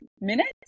minutes